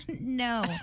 No